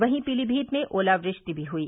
वहीं पीलीभीत में ओलावृष्टि भी हुई